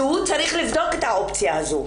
שהוא צריך לבדוק את האופציה הזאת.